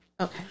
okay